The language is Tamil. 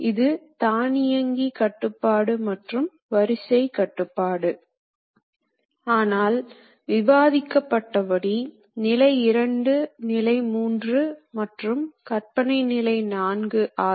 இவை தானியங்கி இயந்திரங்கள் என்பதால் இவற்றை நிரல்படுத்தபற்றியும் பார்ப்போம்